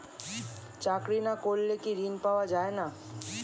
চাকরি না করলে কি ঋণ পাওয়া যায় না?